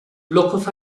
locos